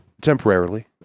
Temporarily